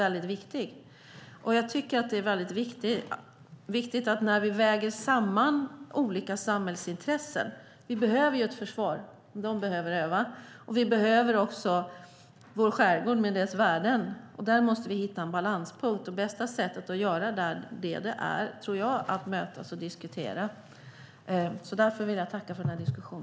När vi väger samman olika samhällsintressen - vi behöver ett försvar som behöver öva, och vi behöver också skärgården och dess värden - måste vi hitta en balanspunkt. Bästa sättet att göra det är att mötas och diskutera, så därför vill jag tacka för denna diskussion.